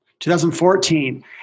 2014